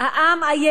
העם עייף.